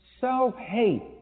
self-hate